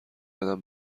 قدم